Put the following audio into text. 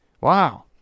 Wow